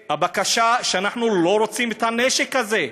והבקשה, שאנחנו לא רוצים את הנשק הזה,